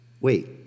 wait